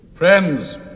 Friends